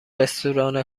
رستوران